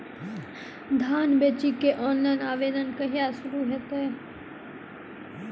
धान बेचै केँ लेल ऑनलाइन आवेदन कहिया शुरू हेतइ?